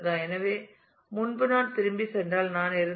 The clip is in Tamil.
எனவே முன்பு நான் திரும்பிச் சென்றால் நான் இருந்தால்